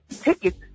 tickets